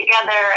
together